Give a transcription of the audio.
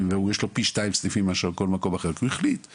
ויש לו פי שניים סניפים ולכן הוא מודיע לך